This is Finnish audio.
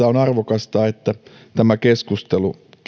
on arvokasta että tämä keskustelu